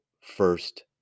first